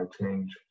change